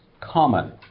common